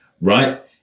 right